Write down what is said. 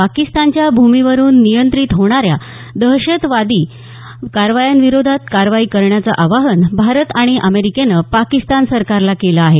पाकिस्तानच्या भूमीवरुन नियंत्रित होणाऱ्या दहशतवादी कारवायांविरोधात कारवाई करण्याचं आवाहन भारत आणि अमेरिकेनं पाकिस्तान सरकारला केलं आहे